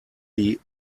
die